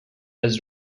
bez